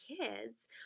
kids